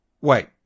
wait